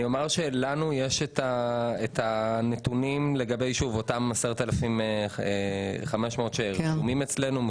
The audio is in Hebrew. אני אומר שלנו יש את הנתונים לגבי אותם 10,500 שרשומים אצלנו,